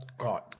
Right